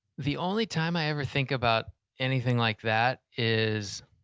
the only time i ever think about anything like that is